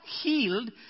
healed